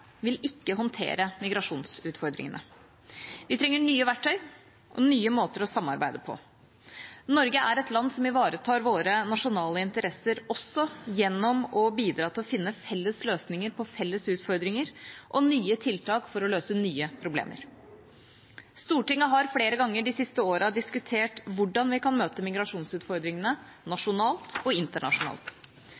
vil ikke håndtere migrasjonsutfordringene. Vi trenger nye verktøy og nye måter å samarbeide på. Norge er et land som ivaretar våre nasjonale interesser også gjennom å bidra til å finne felles løsninger på felles utfordringer og nye tiltak for å løse nye problemer. Stortinget har flere ganger de siste årene diskutert hvordan vi kan møte migrasjonsutfordringene,